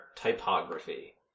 typography